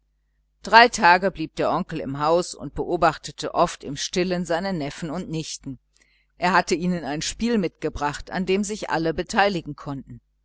drei tage blieb der onkel im haus und beobachtete oft im stillen seine neffen und nichten er hatte ihnen ein spiel mitgebracht an dem sich alle beteiligen konnten